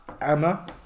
Emma